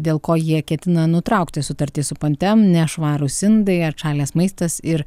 dėl ko jie ketina nutraukti sutartį su pontem nešvarūs indai atšalęs maistas ir